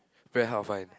very hard to find